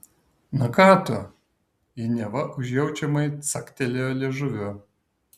na ką tu ji neva užjaučiamai caktelėjo liežuviu